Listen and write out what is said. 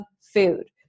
food